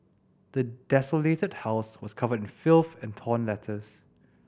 the desolated house was covered in filth and torn letters